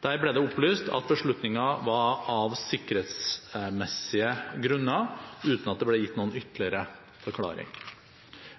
Der ble det opplyst at beslutningen var sikkerhetsmessig begrunnet, uten at det ble gitt noen ytterligere forklaring.